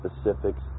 specifics